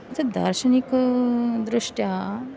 तत् दार्शनिकदृष्ट्या